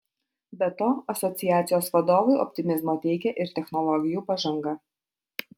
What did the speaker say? be to asociacijos vadovui optimizmo teikia ir technologijų pažanga